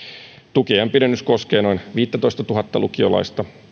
tukiajan pidennys koskee noin viittätoistatuhatta lukiolaista